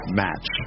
match